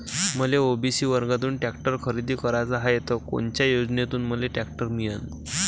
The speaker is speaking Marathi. मले ओ.बी.सी वर्गातून टॅक्टर खरेदी कराचा हाये त कोनच्या योजनेतून मले टॅक्टर मिळन?